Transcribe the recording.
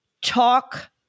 talk